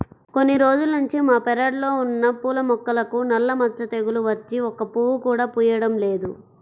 కొన్ని రోజుల్నుంచి మా పెరడ్లో ఉన్న పూల మొక్కలకు నల్ల మచ్చ తెగులు వచ్చి ఒక్క పువ్వు కూడా పుయ్యడం లేదు